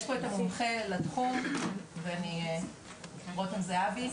יש פה את המומחה לתחום, רותם זהבי.